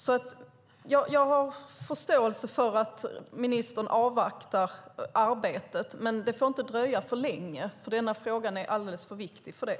Jag har förståelse för att ministern avvaktar arbetet, men det får inte dröja för länge. Denna fråga är alldeles för viktig för det.